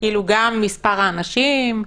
גם מספר האנשים,